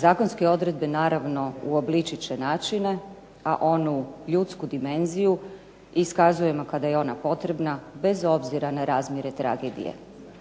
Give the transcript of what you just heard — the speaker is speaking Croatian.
Zakonske odredbe, naravno, uobličiti će načine,a onu ljudsku dimenziju iskazujemo kada je ona potrebna bez obzira na razmjere tragedije.